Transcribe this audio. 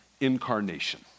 incarnation